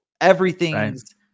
everything's